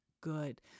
good